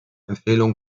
empfehlung